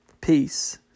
Peace